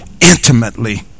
Intimately